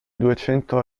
duecento